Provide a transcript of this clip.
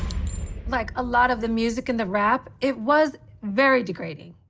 like a lot of the music in the rap, it was very degrading.